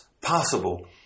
possible